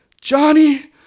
Johnny